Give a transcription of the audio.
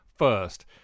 first